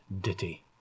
ditty